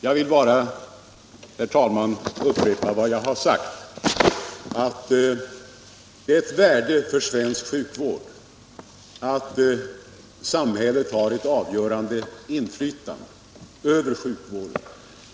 Jag vill, herr talman, upprepa vad jag har sagt. Det är ett värde för svensk sjukvård att samhället har ett avgörande inflytande över den.